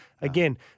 again